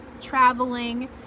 traveling